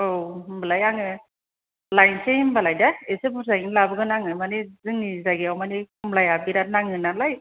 औ होमबालाय आङो लायसै होमबालाय दे इसे बुरजायैनो लाबोगोन आङो मानि जोंनि जायगायाव मानि कमलाया बिराद नाङो नालाय